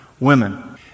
women